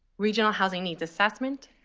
regional housing needs assessment,